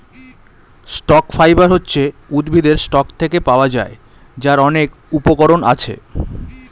stock fibre হচ্ছে উদ্ভিদের stalk থেকে পাওয়া যায়, যার অনেক উপকরণ আছে